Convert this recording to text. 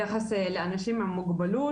ביחס לאנשים עם מוגבלות,